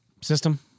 system